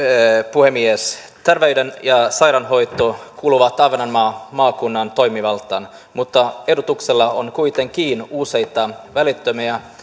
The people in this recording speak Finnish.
puhemies terveyden ja sairaanhoito kuuluvat ahvenanmaan maakunnan toimivaltaan mutta ehdotuksella on kuitenkin useita välittömiä